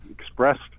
expressed